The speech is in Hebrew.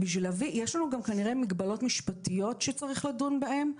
יש לנו גם כנראה מגבלות משפטיות שצריך לדון בהן.